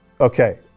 okay